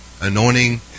anointing